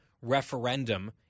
referendum